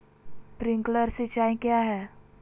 Sprinkler सिंचाई क्या है?